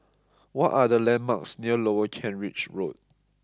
what are the landmarks near Lower Kent Ridge Road